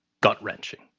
gut-wrenching